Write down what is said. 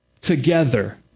together